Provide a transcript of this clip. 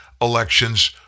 elections